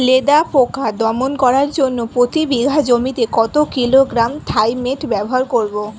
লেদা পোকা দমন করার জন্য প্রতি বিঘা জমিতে কত কিলোগ্রাম থাইমেট ব্যবহার করব?